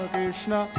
Krishna